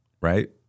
right